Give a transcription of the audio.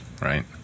right